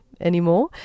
anymore